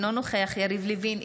אינו נוכח יריב לוין,